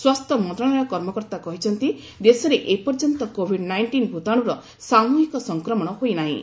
ସ୍ୱାସ୍ଥ୍ୟ ମନ୍ତ୍ରଣାଳୟ କର୍ମକର୍ତ୍ତା କହିଛନ୍ତି ଦେଶରେ ଏପର୍ଯ୍ୟନ୍ତ କୋଭିଡ଼୍ ନାଇଷ୍ଟିନ୍ ଭୂତାଣୁର ସାମ୍ବହିକ ସଂକ୍ରମଣ ହୋଇ ନାହିଁ